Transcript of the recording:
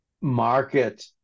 market